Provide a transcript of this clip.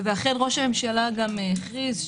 ואכן ראש הממשלה גם הכריז,